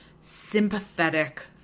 sympathetic